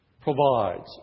provides